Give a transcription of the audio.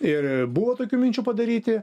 ir buvo tokių minčių padaryti